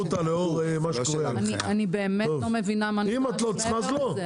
אני באמת לא מבינה מה נדרש מעבר לזה.